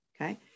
okay